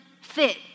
fit